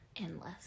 endless